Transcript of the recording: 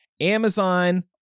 Amazon